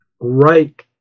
right